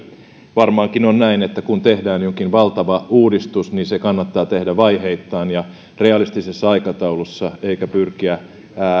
varmaankin on näin että kun tehdään jokin valtava uudistus niin se kannattaa tehdä vaiheittain ja realistisessa aikataulussa eikä pyrkiä